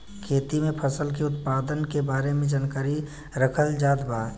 खेती में फसल के उत्पादन के बारे में जानकरी रखल जात बा